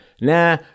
nah